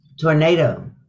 tornado